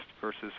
versus